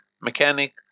mechanic